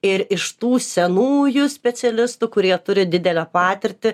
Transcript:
ir iš tų senųjų specialistų kurie turi didelę patirtį